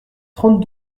trente